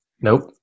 Nope